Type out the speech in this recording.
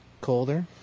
Colder